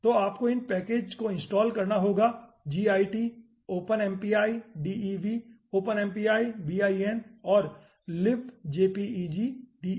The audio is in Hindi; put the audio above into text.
तो आपको इन पैकेजों को इनस्टॉल करना होगा git openmpi dev openmpi bin और libjpeg dev